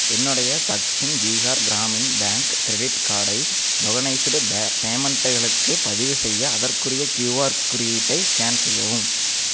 என்னுடைய Dakshin Bihar Gramin bank credit கார்டை tokenised பேமெண்ட்களுக்கு பதிவுசெய்ய அதற்குரிய க்யூஆர் குறியீட்டை ஸ்கேன் செய்யவும்